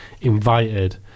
invited